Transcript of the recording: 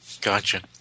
Gotcha